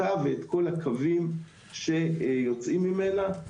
אותה ואת כל הקווים שיוצאים ממנה.